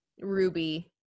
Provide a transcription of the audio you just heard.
Ruby